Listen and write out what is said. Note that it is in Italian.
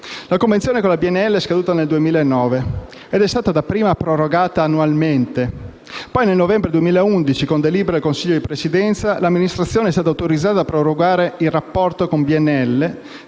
La convenzione con la BNL è scaduta nel 2009 ed è stata dapprima prorogata annualmente. Poi, nel novembre 2011, con delibera del Consiglio di Presidenza, l'Amministrazione è stata autorizzata a prorogare il rapporto con BNL